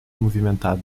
movimentado